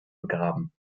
begraben